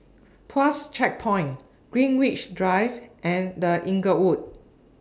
Tuas Checkpoint Greenwich Drive and The Inglewood